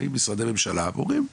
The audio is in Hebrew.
באים משרדי ממשלה ואומרים NIMBY,